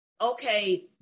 okay